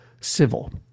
civil